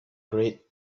great